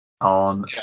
on